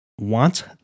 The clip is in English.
want